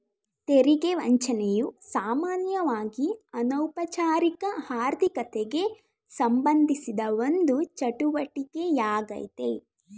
ತೆರಿಗೆ ವಂಚನೆಯು ಸಾಮಾನ್ಯವಾಗಿಅನೌಪಚಾರಿಕ ಆರ್ಥಿಕತೆಗೆಸಂಬಂಧಿಸಿದ ಒಂದು ಚಟುವಟಿಕೆ ಯಾಗ್ಯತೆ